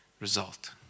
result